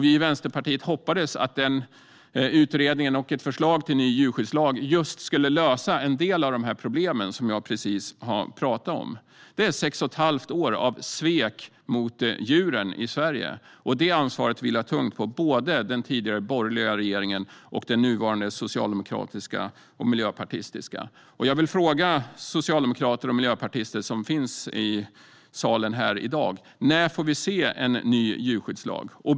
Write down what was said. Vi i Vänsterpartiet hoppades att denna utredning och ett förslag till ny djurskyddslag skulle lösa en del av de problem som jag nyss har talat om. Det är sex och ett halvt år av svek mot djuren i Sverige. Ansvaret vilar tungt på den tidigare borgerliga regeringen och på den nuvarande socialdemokratiska och miljöpartistiska regeringen. Jag vill fråga de socialdemokrater och miljöpartister som finns här i salen i dag: När får vi se en ny djurskyddslag?